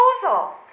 proposal